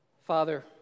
Father